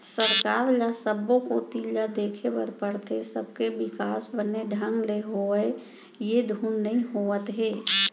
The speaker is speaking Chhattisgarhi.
सरकार ल सब्बो कोती ल देखे बर परथे, सबके बिकास बने ढंग ले होवत हे धुन नई होवत हे